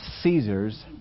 Caesar's